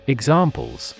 Examples